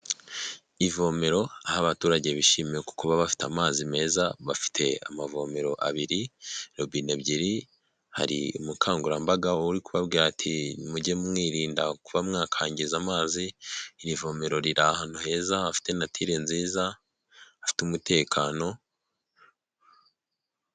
Ivomero aho abaturage bishimiye kuba bafite amazi meza, bafite amavomero abiri robine ebyiri, hari umukangurambaga uri kubabwira ati: ''Mujye mwirinda kuba mwakangiza amazi.'' Iri vomero riri ahantu heza hafite natire nziza hafite umutekano.